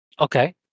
Okay